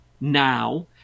now